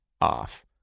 off